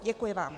Děkuji vám.